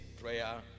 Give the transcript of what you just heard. prayer